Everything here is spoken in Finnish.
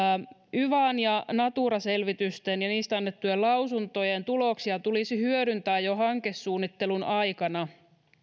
yvan ja natura selvitysten ja niistä annettujen lausuntojen tuloksia tulisi hyödyntää jo hankesuunnittelun aikana